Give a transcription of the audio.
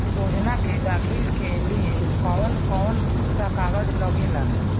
योजनाओ के दाखिले के लिए कौउन कौउन सा कागज लगेला?